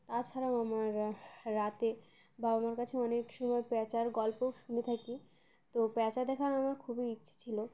তাছাড়াও আমার রাতে বাবা মার কাছে অনেক সময় প্যাঁচার গল্পও শুনে থাকি তো প্যাঁচা দেখার আমার খুবই ইচ্ছে ছিল